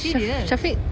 sya~ syafiq